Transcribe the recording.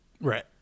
Right